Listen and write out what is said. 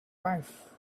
wife